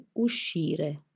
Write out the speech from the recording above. uscire